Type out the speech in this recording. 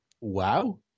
Wow